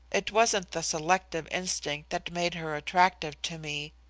it wasn't the selective instinct that made her attractive to me.